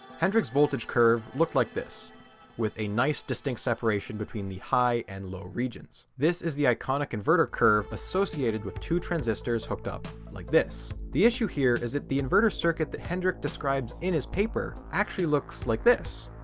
hendrik's voltage curve looked like this with a nice distinct separation between the high and low regions. this is the iconic inverter curve associated with two transistors hooked up like this. the issue here is that the inverter circuit that hendrik describes in his paper actually looks like this,